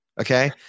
Okay